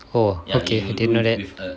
oh okay I didn't know that